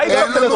מה יבדוק?